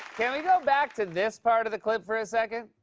can we go back to this part of the clip for a second?